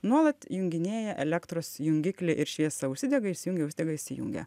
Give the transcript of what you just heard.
nuolat junginėja elektros jungiklį ir šviesa užsidega išsijungia užsidega išsijungia